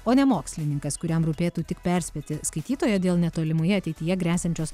o ne mokslininkas kuriam rūpėtų tik perspėti skaitytoją dėl netolimoje ateityje gresiančios